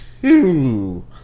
two